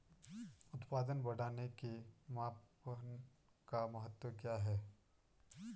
उत्पादन बढ़ाने के मापन का महत्व क्या है?